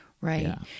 Right